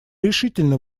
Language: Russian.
решительно